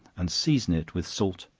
and season it with salt,